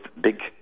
big